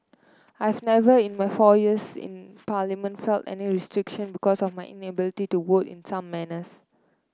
I've never in my four years in parliament felt any restriction because of my inability to vote in some manners